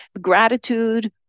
Gratitude